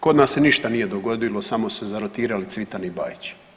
Kod nas se ništa nije dogodilo samo se zarotirali Cvitan i Bajić.